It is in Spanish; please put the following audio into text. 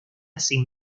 sin